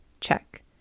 Check